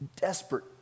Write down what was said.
desperate